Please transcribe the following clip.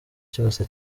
cyose